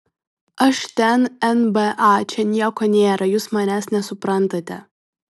aš ten nba čia nieko nėra jūs manęs nesuprantate